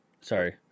Sorry